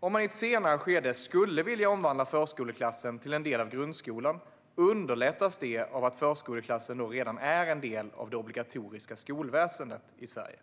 Om man i ett senare skede skulle vilja omvandla förskoleklassen till en del av grundskolan underlättas det av att förskoleklassen då redan är en del av det obligatoriska skolväsendet i Sverige.